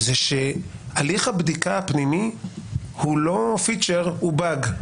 שהליך הבדיקה הפנימי הוא לא פיצ'ר, הוא באג.